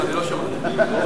ההצעה לכלול את הנושא